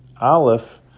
Aleph